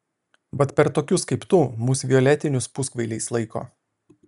vat per tokias kaip tu mus violetinius puskvailiais laiko